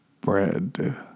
bread